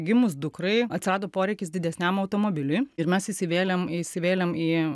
gimus dukrai atsirado poreikis didesniam automobiliui ir mes įsivėlėm įsivėlėm į